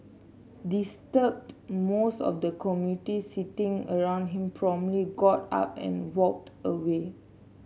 disturbed most of the commuters sitting around him promptly got up and walked away